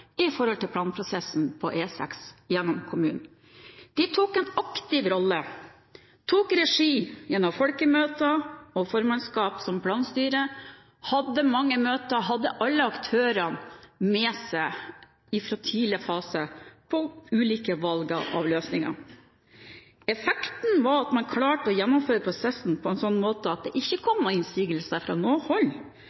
planprosessen på E6 gjennom kommunen. De tok en aktiv rolle, tok regi gjennom folkemøter og formannskapet som planstyre, hadde mange møter og hadde alle aktørene med seg fra tidlig fase for ulike valg av løsninger. Effekten var at man klarte å gjennomføre prosessen på en slik måte at det ikke